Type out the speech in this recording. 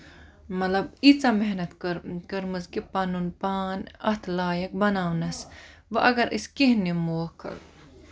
مطلب ییٖژاہ محنت کٔرمٕژ کہِ پَنُن پان اَتھ لایَق بَناونَس وۄنۍ اَگر کیٚنہہ نِمہوکھ